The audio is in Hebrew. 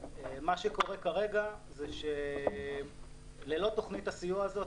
שקורה כרגע הוא שללא תוכנית הסיוע הזאת,